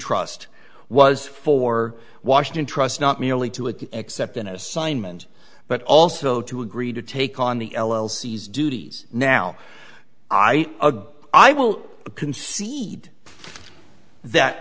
trust was for washington trust not merely to it except an assignment but also to agree to take on the l l c's duties now i will concede that